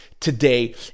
Today